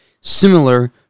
similar